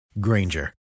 Granger